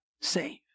save